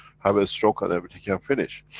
have a stroke and everything can finish.